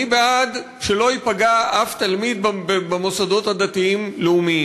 אני בעד שלא ייפגע אף תלמיד במוסדות הדתיים-לאומיים,